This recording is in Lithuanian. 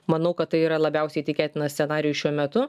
manau kad tai yra labiausiai tikėtinas scenarijus šiuo metu